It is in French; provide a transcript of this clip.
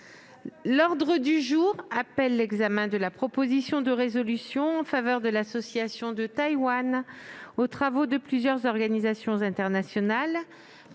l'heure était venue de déposer une proposition de résolution en faveur de l'association de Taïwan aux travaux de plusieurs organisations internationales.